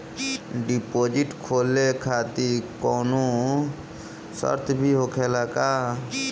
Deposit खोले खातिर कौनो शर्त भी होखेला का?